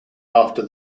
after